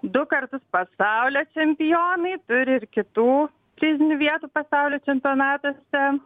du kartus pasaulio čempionai turi ir kitų prizinių vietų pasaulio čempionatuose